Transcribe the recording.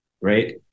right